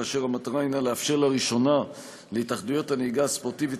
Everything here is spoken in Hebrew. כאשר המטרה הנה לאפשר לראשונה להתאחדויות הנהיגה הספורטיבית